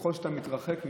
ככל שאתה מתרחק ממנו,